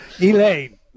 Elaine